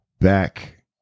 back